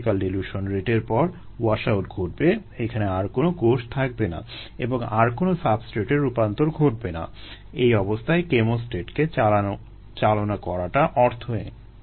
critical dilution রেটের পর washout ঘটবে এখানে আর কোনো কোষ থাকবে না এবং আর কোনো সাবস্ট্রেটের রূপান্তর ঘটবে না এই অবস্থায় কেমোস্ট্যাটকে চালনা করাটা অর্থহীন